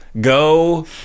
go